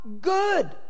good